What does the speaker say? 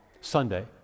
Sunday